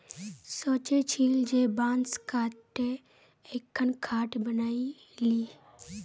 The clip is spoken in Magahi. सोचे छिल जे बांस काते एकखन खाट बनइ ली